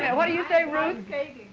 and what do you say ruth?